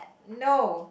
no